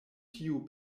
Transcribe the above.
tiu